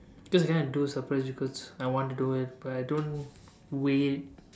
cause I kind of do surprise because I want to do it but I don't wait